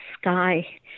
sky